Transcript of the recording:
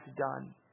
done